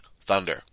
Thunder